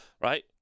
right